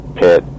pit